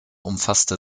umfasste